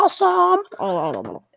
awesome